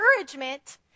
encouragement